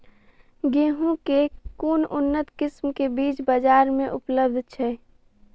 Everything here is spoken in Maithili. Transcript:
गेंहूँ केँ के उन्नत किसिम केँ बीज बजार मे उपलब्ध छैय?